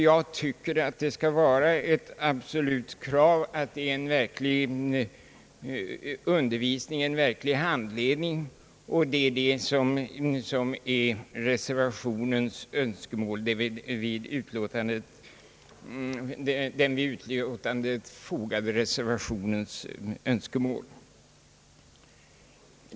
Jag tycker att det skall vara ett absolut krav att det blir en verklig undervisning och en verklig handledning. Det är detta som är den vid utlåtandet fogade reservationens önskemål.